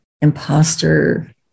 imposter